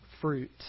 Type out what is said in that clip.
fruit